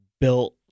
built